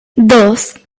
dos